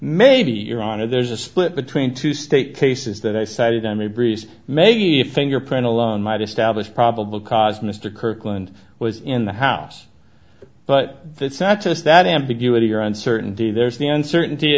maybe your honor there's a split between two state cases that i cited and the breeze may be a fingerprint alone might establish probable cause mr kirkland was in the house but it's not just that ambiguity or uncertainty there's the uncertainty